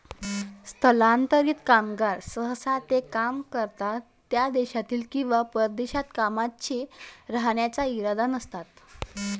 स्थलांतरित कामगार सहसा ते काम करतात त्या देशात किंवा प्रदेशात कायमचे राहण्याचा इरादा नसतात